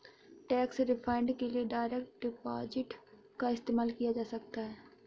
tax refund के लिए direct deposit का इस्तेमाल किया जा सकता हैं